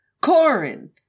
Corin